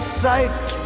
sight